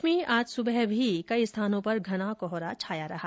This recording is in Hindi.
प्रदेश में आज सुबह भी कई स्थानों पर घना कोहरा छाया रहा